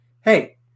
Hey